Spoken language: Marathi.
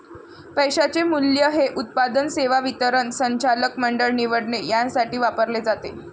पैशाचे मूल्य हे उत्पादन, सेवा वितरण, संचालक मंडळ निवडणे यासाठी वापरले जाते